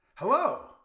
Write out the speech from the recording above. Hello